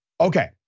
Okay